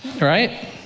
right